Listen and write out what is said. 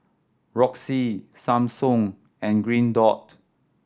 Roxy Samsung and Green Dot